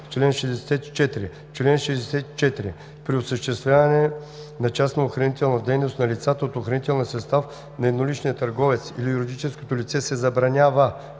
чл. 64: „Чл. 64. При осъществяване на частна охранителна дейност на лицата от охранителния състав на едноличния търговец или юридическото лице се забранява: